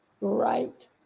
right